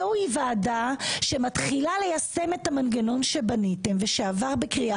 זאת ועדה שמתחילה ליישם את המנגנון שבניתם ושעבר בקריאה